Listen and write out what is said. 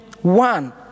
one